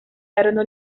erano